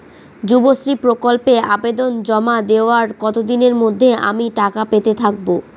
যুবশ্রী প্রকল্পে আবেদন জমা দেওয়ার কতদিনের মধ্যে আমি টাকা পেতে থাকব?